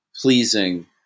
pleasing